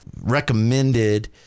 recommended